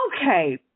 okay